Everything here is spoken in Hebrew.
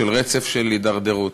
רצף של הידרדרות.